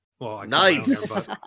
nice